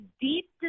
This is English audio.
deep